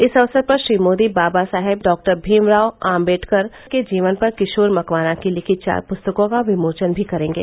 इस अवसर पर श्री मोदी बाबा साहेब भीमराव आम्बेडकर के जीवन पर किशोर मकवाना की लिखी चार पुस्तकों का विमोचन भी करेंगे